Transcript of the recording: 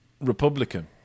Republican